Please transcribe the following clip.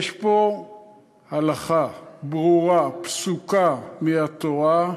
יש פה הלכה ברורה, פסוקה מהתורה,